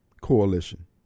coalition